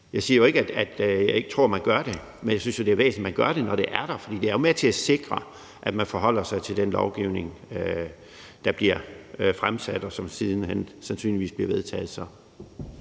Jeg siger ikke, at jeg ikke tror, at man gør det, men jeg synes jo, det er væsentligt, at man gør det, når det er der, for det er med til at sikre, at man forholder sig til den lovgivning, der bliver fremsat, og som siden hen sandsynligvis bliver vedtaget.